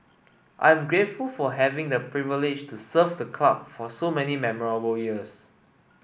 I am grateful for having had the privilege to serve the club for so many memorable years